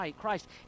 Christ